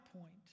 point